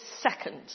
second